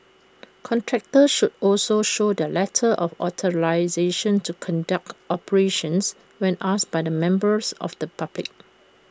contractors should also show their letter of authorisation to conduct operations when asked by the members of the public